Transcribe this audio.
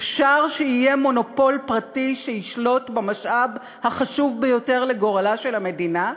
אפשר שיהיה מונופול פרטי שישלוט במשאב החשוב ביותר לגורלה של המדינה,